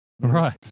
Right